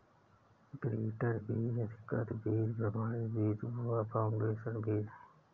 breeder बीज, अधिकृत बीज, प्रमाणित बीज व फाउंडेशन बीज है